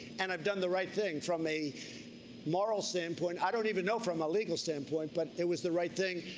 and i've done the right thing, from a moral standpoint, i don't even know from a legal standpoint, but it was the right thing.